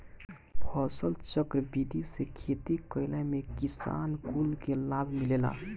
फसलचक्र विधि से खेती कईला में किसान कुल के लाभ मिलेला